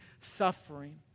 suffering